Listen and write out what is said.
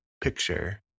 picture